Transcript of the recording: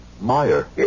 Meyer